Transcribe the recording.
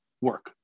work